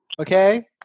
okay